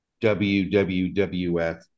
WWWF